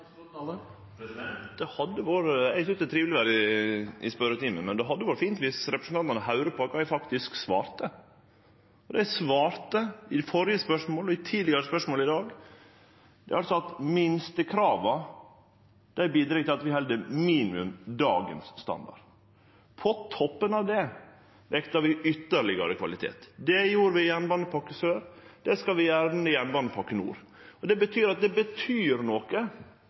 i spørjetimen, men det hadde vore fint om representantane høyrde på kva eg faktisk svarte. Og det eg svarte – på det førre spørsmålet og på tidlegare spørsmål i dag – er at minstekrava bidreg til at vi held minimum dagens standard. På toppen av det vektar vi ytterlegare kvalitet. Det gjorde vi i Jernbanepakke Sør, det skal vi gjere i Jernbanepakke Nord. Så det betyr